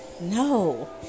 No